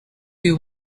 you